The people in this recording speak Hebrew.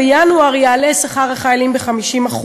בינואר יעלה שכר החיילים ב-50%.